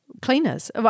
cleaners